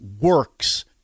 works